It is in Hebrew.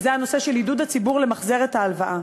וזה הנושא של עידוד הציבור למחזר את ההלוואה.